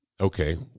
Okay